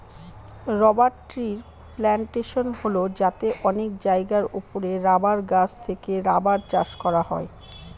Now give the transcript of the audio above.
rubber ট্রির plantation হল যাতে অনেক জায়গার ওপরে রাবার গাছ থেকে রাবার চাষ করা হয়